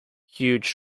huge